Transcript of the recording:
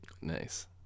Nice